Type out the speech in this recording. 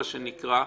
מה שנקרא.